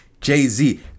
Jay-Z